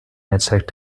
netzwerk